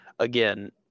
Again